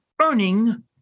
earning